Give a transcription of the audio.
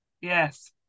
Yes